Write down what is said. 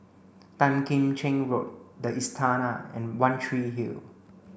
Tan Kim Cheng Road The Istana and One Tree Hill